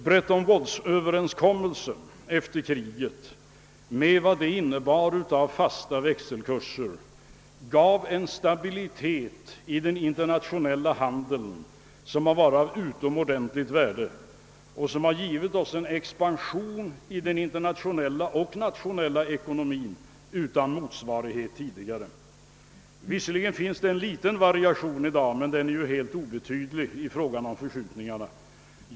Bretton Woods-överenskommelsen efter kriget, med vad den innebar av fasta växelkurser, gav en stabilitet åt den internationella handeln som har varit av utomordentligt värde och medfört en expansion i internationell och nationell ekonomi utan tidigare motsvarighet. Visserligen finns det i dag en liten variation i växelkurserna, men den är helt obetydlig i fråga om förskjutningarna.